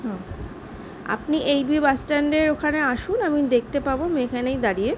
হুম আপনি eight B বাসস্ট্যান্ডের ওখানে আসুন আমি দেখতে পাবো আমি এখানেই দাঁড়িয়ে